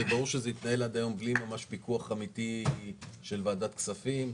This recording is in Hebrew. וברור שזה התנהל עד היום בלי פיקוח אמיתי של ועדת הכספים.